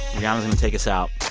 yeah going to take us out.